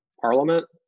parliament